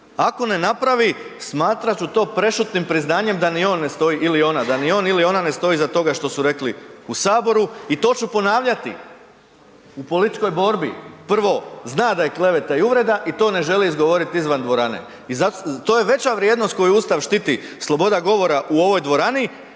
ako ne napravi smatrati ću to prešutnim priznanjem da ni on ne stoji ili ona, da ni on ili ona ne stoji iza toga što su rekli u Saboru. I to ću ponavljati u političkoj borbi, prvo, zna da je kleveta i uvreda i to ne želi izgovoriti izvan dvorane. I zato, to je veća vrijednost koju Ustav štiti sloboda govora u ovoj dvorani